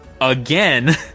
again